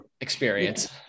experience